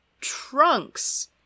trunks